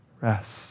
rest